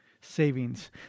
Savings